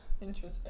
Interesting